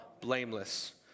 blameless